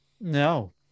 No